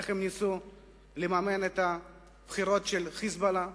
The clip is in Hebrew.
איך הם ניסו לממן את הבחירות של "חיזבאללה"